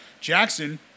Jackson